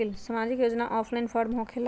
समाजिक योजना offline form होकेला?